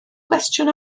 gwestiwn